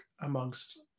amongst